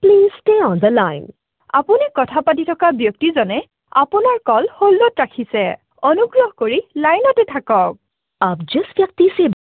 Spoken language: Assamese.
please stay on the line আপুনি কথা পাতি থকা ব্যক্তিজনে আপোনাৰ কল হ'ল্ডত ৰাখিছে অনুগ্ৰহ কৰি লাইনতে থাকক আপ যিছ ব্যক্তিছে